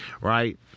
Right